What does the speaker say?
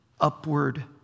upward